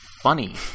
funny